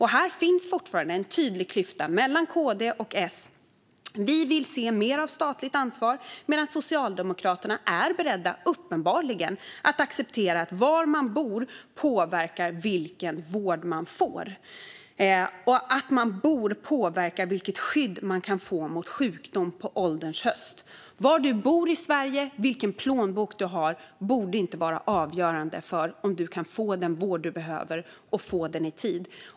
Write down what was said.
Här finns det fortfarande en tydlig klyfta mellan KD och S. Vi vill se mer av statligt ansvar medan Socialdemokraterna uppenbarligen är beredda att acceptera att var man bor påverkar vilken vård man får och vilket skydd man får mot sjukdom på ålderns höst. Var man bor i Sverige och vilken plånbok man har borde inte vara avgörande för om man kan få den vård man behöver och om man kan få den i tid.